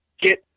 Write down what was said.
get